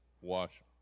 wash